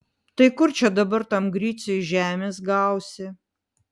tai kur čia dabar tam griciui žemės gausi